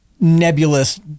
nebulous